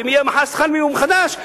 ואם יהיה מחר שכר מינימום חדש,